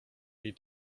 jej